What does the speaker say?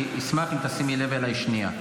אני אשמח אם תשימי לב אליי שנייה.